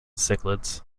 cichlids